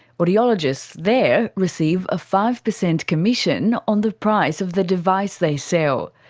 audiologists there receive a five percent commission on the price of the device they sell.